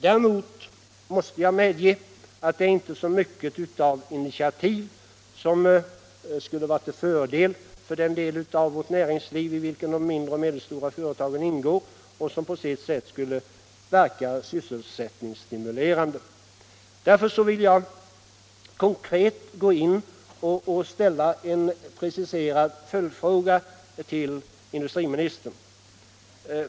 Däremot måste jag medge att det inte i redovisningen finns så mycket av initiativ som skulle vara till fördel för den del av vårt näringsliv i vilken de mindre och medelstora företagen ingår och som på sitt sätt skulle verka sysselsättningsstimulerande. Därför vill jag ställa en preciserad konkret följdfråga till industriministern.